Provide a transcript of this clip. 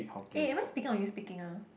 eh am I speaking or you speaking ah